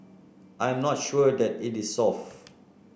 I am not sure that it is solved